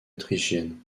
autrichienne